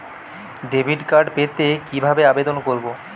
Debit card পেতে কি ভাবে আবেদন করব?